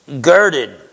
girded